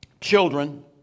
children